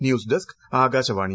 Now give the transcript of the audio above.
news desk Akashvani